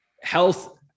health